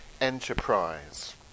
enterprise